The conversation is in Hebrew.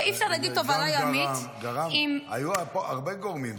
היו פה הרבה גורמים.